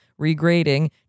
regrading